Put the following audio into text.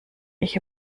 ich